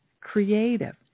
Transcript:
creative